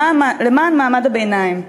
למען מעמד הביניים.